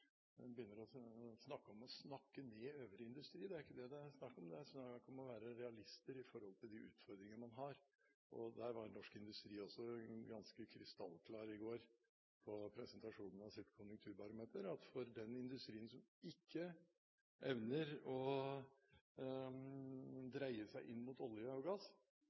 å snakke om å snakke ned øvrig industri. Det er ikke det det er snakk om. Det er snakk om å være realister i forhold til de utfordringer man har, og det var norsk industri også ganske krystallklare på i går, på presentasjonen av sitt konjunkturbarometer, at for den industrien som ikke evner å dreie seg inn mot olje og gass,